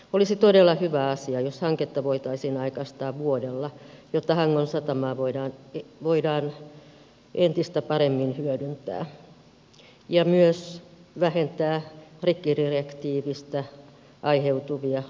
olisi todella hyvä asia jos hanketta voitaisiin aikaistaa vuodella jotta hangon satamaa voitaisiin entistä paremmin hyödyntää ja myös vähentää rikkidirektiivistä aiheutuvia lisäkustannuksia